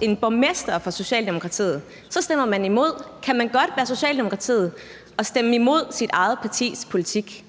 en borgmester fra Socialdemokratiet, stemmer man imod. Kan man godt være fra Socialdemokratiet og stemme imod sit eget partis politik?